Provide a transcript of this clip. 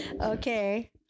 Okay